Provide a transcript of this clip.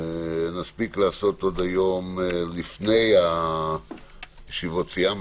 שנספיק לעשות עוד היום לפני ישיבות הסיעה